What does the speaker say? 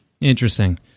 Interesting